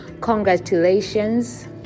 congratulations